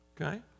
Okay